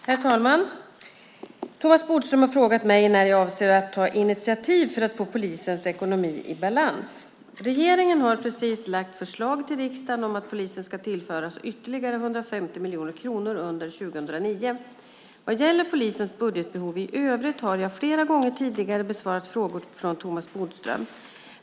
Herr talman! Thomas Bodström har frågat mig när jag avser att ta initiativ för att få polisens ekonomi i balans. Regeringen har precis lagt fram förslag till riksdagen om att polisen ska tillföras ytterligare 150 miljoner kronor under 2009. Vad gäller polisens budgetbehov i övrigt har jag flera gånger tidigare besvarat frågor från Thomas Bodström.